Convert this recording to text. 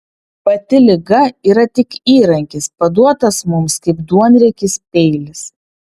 pati liga yra tik įrankis paduotas mums kaip duonriekis peilis